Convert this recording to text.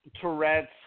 Tourette's